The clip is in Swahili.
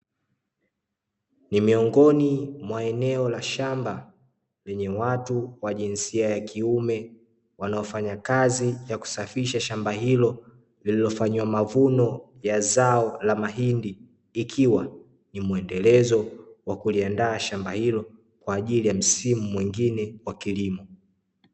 Ni miongoni mwa eneo la shamba lenye watu wa jinsia ya kiume, wanaofanya kazi ya kusafisha shamba hilo lililofanyiwa mavuno ya zao la mahindi, ikiwa ni muendelezo wa kuliandaa shamba hilo kwa ajili ya msimu mwengine wa kilimo.